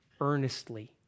earnestly